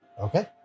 Okay